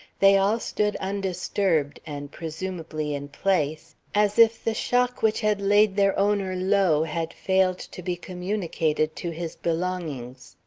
they all stood undisturbed and presumably in place, as if the shock which had laid their owner low had failed to be communicated to his belongings.